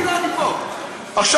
הינה, אני מולך, ביטן.